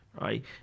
right